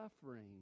suffering